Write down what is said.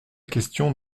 question